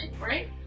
right